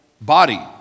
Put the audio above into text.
body